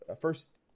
first